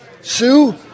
Sue